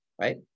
right